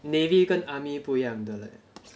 navy 跟 army 不一样的